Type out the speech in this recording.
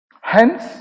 hence